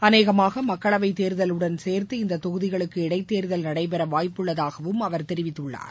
அநேகமாக மக்களவைத் தேர்தலுடன் சேர்த்து இந்த தொகுதிகளுக்கு இடைத்தேர்தல் நடைபெற வாய்ப்புள்ளதாகவும் அவர் தெரிவித்துள்ளார்